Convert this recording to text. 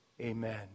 amen